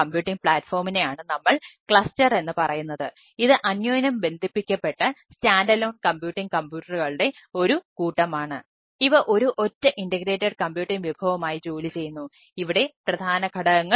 അപ്പോൾ ഇവയാണു ക്ലസ്റ്റർ കമ്പ്യൂട്ടിങ്ങിലെ വ്യത്യസ്ത ഘടകങ്ങൾ